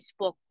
Facebook